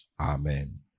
Amen